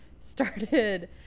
started